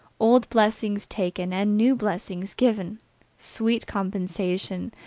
old blessings taken, and new blessings given sweet compensation,